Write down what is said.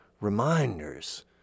reminders